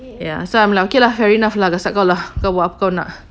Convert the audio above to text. ya so I'm like okay lah fair enough lah desak kau kau buat apa kau nak